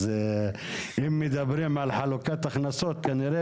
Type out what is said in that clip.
אז אם מדברים על חלוקת הכנסות כנראה